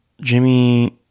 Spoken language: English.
Jimmy